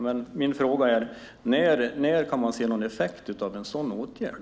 Men min fråga är: När kan man se någon effekt av en sådan åtgärd?